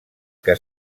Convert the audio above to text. que